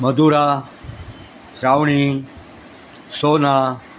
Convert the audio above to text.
मधुरा श्रावणी सोना